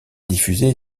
diffusée